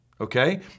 okay